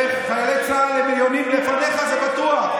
חיילי צה"ל הם עליונים לפניך, וזה בטוח.